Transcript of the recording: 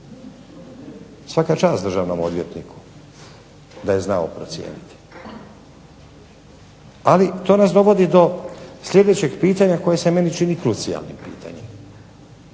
Svaka čast državnom odvjetniku da je znao procijeniti. Ali, to nas dovodi do sljedećeg pitanja koje se meni čini krucijalnim pitanjem.